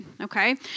Okay